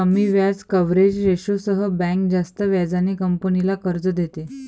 कमी व्याज कव्हरेज रेशोसह बँक जास्त व्याजाने कंपनीला कर्ज देते